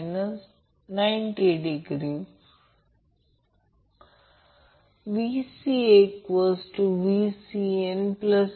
येथे देखील न्यूट्रल आहे आणि हे दोन जोडलेले आहेत त्याचप्रमाणे बाकी घटक येथे जोडलेले आहेत